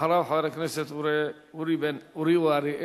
ואחריו, חבר הכנסת אורי אריאל